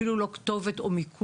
אפילו לא כתובת או מיקוד,